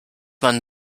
man